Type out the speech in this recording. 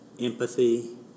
empathy